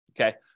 okay